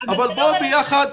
אבל בואו ביחד,